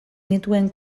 nituen